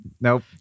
Nope